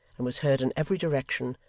and was heard in every direction,